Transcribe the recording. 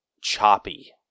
choppy